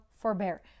forbear